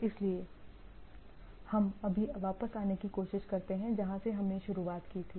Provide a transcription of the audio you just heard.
इसलिए हम अभी वापस आने की कोशिश करते हैं जहां से हमने शुरुआत की थी